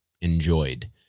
enjoyed